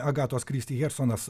agatos kristi hjersonas